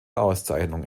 auszeichnung